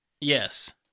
Yes